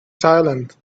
silent